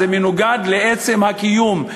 זה מנוגד לעצם הקיום,